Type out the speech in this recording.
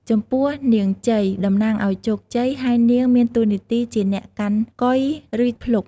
ចំពោះនាងជ័យ តំណាងឱ្យជោគជ័យ ហើយនាងមានតួនាទីជាអ្នកកាន់កុយ ឬភ្លុក ។